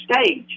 stage